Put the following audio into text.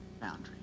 boundary